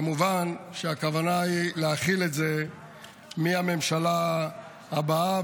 כמובן שהכוונה היא להחיל את זה מהממשלה הבאה,